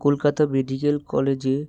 Kolkata medical কলেজে